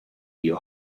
your